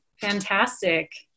Fantastic